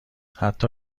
حتی